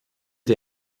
der